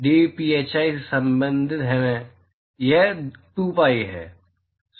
dphi के संबंध में यह 2 pi है